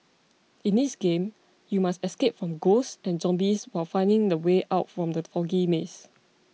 in this game you must escape from ghosts and zombies while finding the way out from the foggy maze